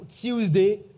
Tuesday